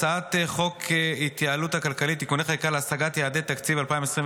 הצעת חוק ההתייעלות הכלכלית (תיקוני חקיקה להשגת יעדי התקציב 2025)